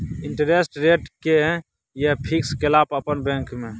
Interest rate कि ये fix केला पर अपन बैंक में?